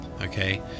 okay